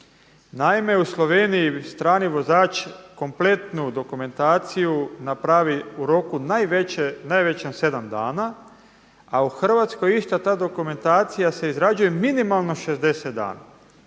Naime, u Sloveniji strani vozač kompletnu dokumentaciju napravi u roku najvećem sedam dana, a u Hrvatskoj ista ta dokumentacija se izrađuje minimalno 60 dana